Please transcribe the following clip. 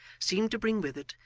seemed to bring with it,